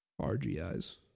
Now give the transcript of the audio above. RGIs